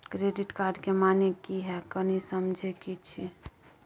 Credit card के माने की हैं, कनी समझे कि छि?